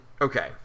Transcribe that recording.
Okay